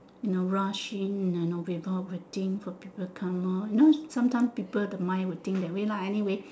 you know rushing and all people waiting for people come all you know sometimes people the mind will think that way lah anyway